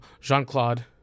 Jean-Claude